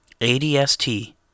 ADST